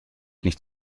nicht